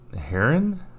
Heron